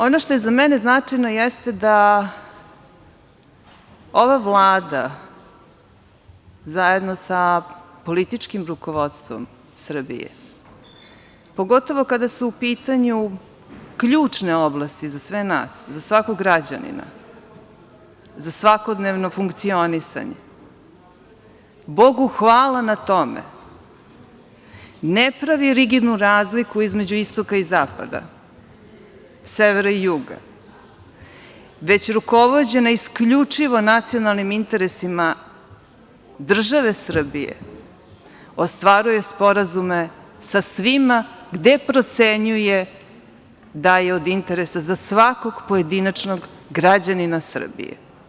Ono što je za mene značajno jeste da ova Vlada zajedno sa političkim rukovodstvom Srbije, pogotovo kada su u pitanju ključne oblasti za sve nas, za svakog građanina, za svakodnevno funkcionisanje, Bogu hvala na tome, ne pravi rigidnu razliku između istoka i zapada, severa i juga, već rukovođena isključivo nacionalnim interesima države Srbije, ostvaruje sporazume sa svima gde procenjuje da je od interesa za svakog pojedinačnog građanina Srbije.